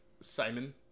Simon